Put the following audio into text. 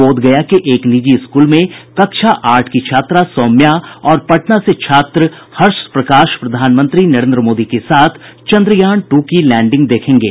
बोधगया के एक निजी स्कूल में कक्षा आठ की छात्रा सौम्या और पटना से छात्र हर्ष प्रकाश प्रधानमंत्री नरेंद्र मोदी के साथ चंद्रयान टू की लैंडिंग देखेंगे